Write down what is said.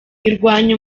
irwanya